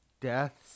deaths